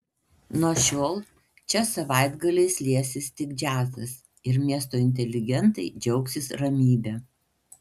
nuo šiol čia savaitgaliais liesis tik džiazas ir miesto inteligentai džiaugsis ramybe